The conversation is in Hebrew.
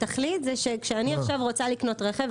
התכלית זה שכשאני עכשיו רוצה לקנות רכב וגם אין לי שמץ של